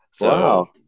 Wow